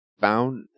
found